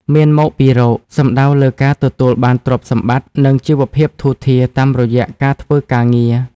«មានមកពីរក» សំដៅលើការទទួលបានទ្រព្យសម្បត្តិ និងជីវភាពធូរធារតាមរយៈការធ្វើការងារ។